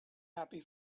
happy